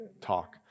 talk